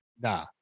Nah